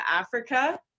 Africa